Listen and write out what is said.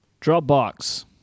Dropbox